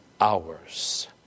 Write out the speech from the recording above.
hours